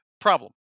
Problem